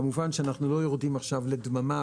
כמובן שאנחנו לא יורדים עכשיו לדממה